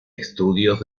estudios